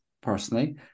personally